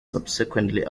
subsequently